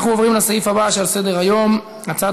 אנחנו עוברים לסעיף הבא שעל סדר-היום: הצעת